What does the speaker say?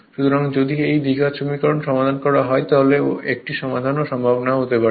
সুতরাং যদি এই দ্বিঘাত সমীকরণ সমাধান করা হয় তাহলে 1 টি সমাধান সম্ভব নাও হতে পারে